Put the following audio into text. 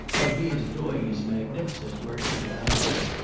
while he is doing his magnificent work for the allies,